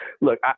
Look